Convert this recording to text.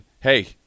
hey